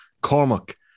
Cormac